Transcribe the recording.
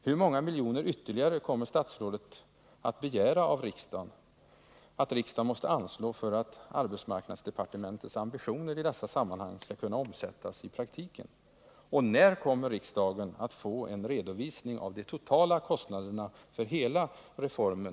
Hur många miljoner ytterligare kommer statsrådet att begära att riksdagen måste anslå för att arbetsmarknadsdepartementets ambitioner i detta sammanhang skall kunna omsättas i praktiken? När kommer riksdagen att få en redovisning av de totala kostnaderna för hela reformen?